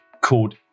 called